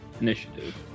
initiative